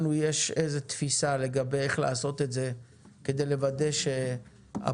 לנו יש איזו תפיסה איך לעשות את זה כדי לוודא שהפעם